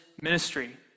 ministry